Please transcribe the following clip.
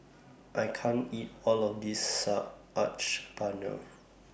I can't eat All of This Paneer